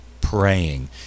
praying